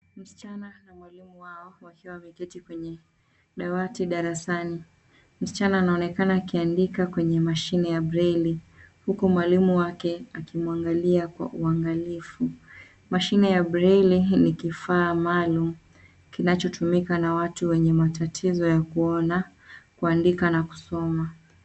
Msichana na mwalimu wao wakiwa wameketi kwenye dawati darasani. Msichana anaonekana akiandika kwenye mashine ya braille huku mwalimu wake akimuangalia kwa uangalifu. Mashine ya braille ni kifaa maalum kinachotumika na watu matatizo ya kuona, kuandika na kusoma.